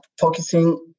focusing